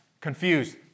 confused